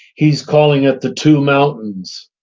he's calling it the two mountains,